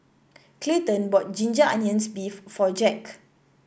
Clayton bought Ginger Onions beef for Jacque